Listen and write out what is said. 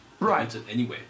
Right